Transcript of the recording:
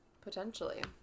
Potentially